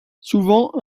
souvent